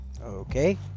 Okay